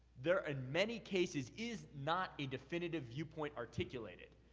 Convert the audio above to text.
there in many cases is not a definitive viewpoint articulated,